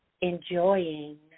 enjoying